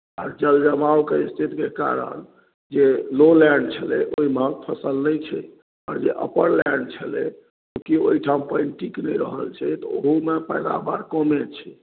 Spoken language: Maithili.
आ जलजमावके स्थितिके कारण जे लो लैण्ड छलै ओहिमे फसल नहि छै और जे अपर लैण्ड छलै कि ओहिठाम पानि टिक नहि रहल छै तऽ ओहूमे पैदावार कमे छै